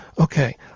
Okay